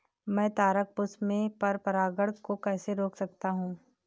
मैं तारक पुष्प में पर परागण को कैसे रोक सकता हूँ?